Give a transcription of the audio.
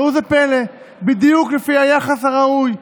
ראו איזה פלא, בדיוק לפי היחס הראוי.